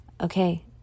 Okay